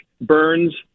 Burns